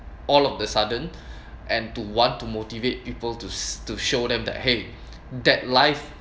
all of the sudden and to want to motivate people to to show them that !hey! that life